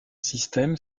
système